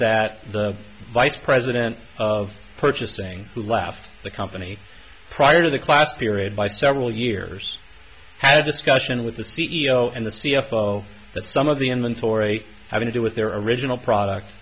that the vice president of purchasing who left the company prior to the class period by several years had discussion with the c e o and the c f o that some of the inventory having to do with their original product